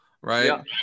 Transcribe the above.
Right